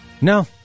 No